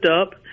up